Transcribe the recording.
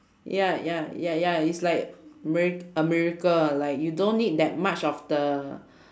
ya ya ya ya it's like mirac~ a miracle like you don't need that much of the